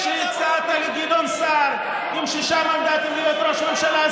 כשהצעת לגדעון סער עם שישה מנדטים להיות ראש הממשלה,